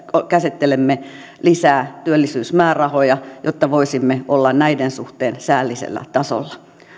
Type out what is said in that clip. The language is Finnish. käsittelemme lisää työllisyysmäärärahoja jotta voisimme olla näiden suhteen säällisellä tasolla